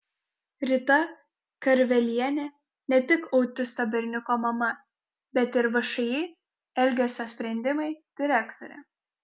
rita karvelienė ne tik autisto berniuko mama bet ir všį elgesio sprendimai direktorė